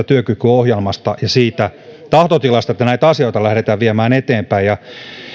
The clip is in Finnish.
työkykyohjelmasta ja siitä tahtotilasta että näitä asioita lähdetään viemään eteenpäin ja